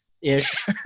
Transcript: ish